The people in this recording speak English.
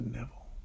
Neville